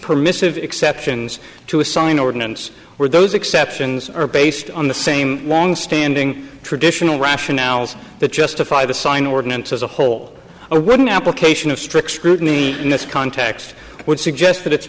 permissive exceptions to assign ordinance or those exceptions are based on the same longstanding traditional rationale the justify the sign ordinance as a whole a written application of strict scrutiny in this context would suggest that it's